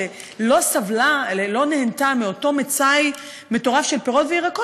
שלא נהנתה מאותו מצאי מטורף של פירות וירקות,